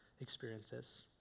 experiences